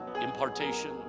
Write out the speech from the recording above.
impartation